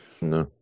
No